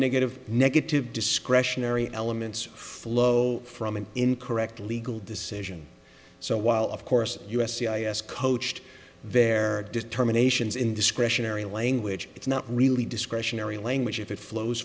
negative negative discretionary elements flow from an incorrect legal decision so while of course u s c i s coached their determinations in discretionary language it's not really discretionary language if it flows